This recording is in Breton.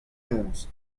noz